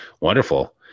Wonderful